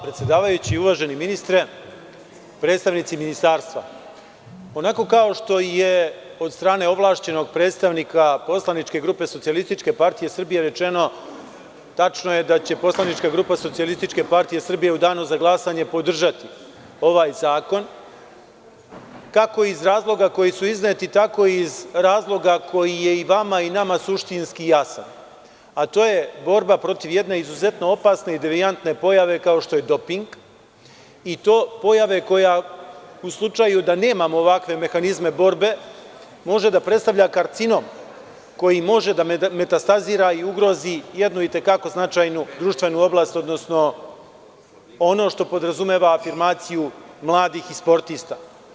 Uvaženi ministre, predstavnici Ministarstva, onako kao što je od strane ovlašćenog predstavnika, poslaničke grupe SPS rečeno, tačno je da će poslanička grupa SPS u Danu za glasanje podržati ovaj zakon, kako iz razloga koji su izneti, tako i iz razloga koji je i vama i nama suštinski jasan, a to je borba protiv jedne izuzetno opasne i devijantne pojave, kao što je doping i to pojave koja u slučaju da nemamo ovakve mehanizme borbe, može da predstavlja karcinom, koji može da metastazira i ugrozi jednu i te kako značajnu društvenu oblast, odnosno ono što podrazumeva afirmaciju mladih sportista.